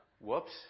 whoops